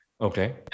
Okay